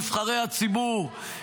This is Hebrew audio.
נבחרי הציבור,